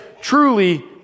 truly